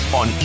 on